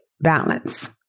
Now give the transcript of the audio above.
balance